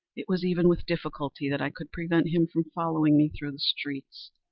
it was even with difficulty that i could prevent him from following me through the streets.